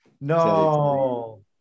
No